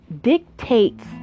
Dictates